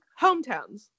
hometowns